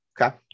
Okay